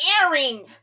airing